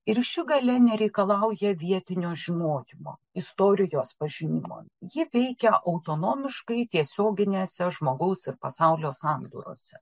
ir šių galia nereikalauja vietinio žinojimo istorijos pažinimo ji veikia autonomiškai tiesioginėse žmogaus ir pasaulio sandūrose